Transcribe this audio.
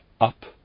up